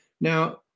Now